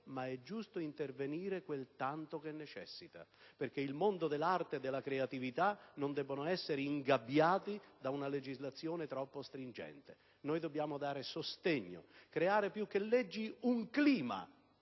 ma è giusto farlo quel tanto che necessita, perché il mondo dell'arte e della creatività non debbono essere ingabbiati da una legislazione troppo stringente. Dobbiamo dare sostegno nel senso di creare, più che leggi, un clima